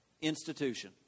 institution